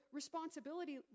responsibility